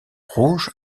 rouge